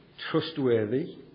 trustworthy